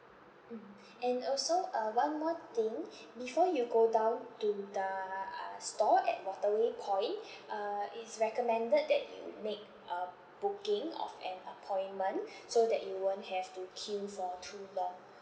mm and also uh one more thing before you go down to the uh store at waterway point uh it's recommended that you make a booking of an appointment so that you won't have to queue for too long